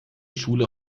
schule